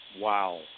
Wow